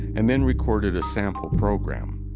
and then recorded a sample program.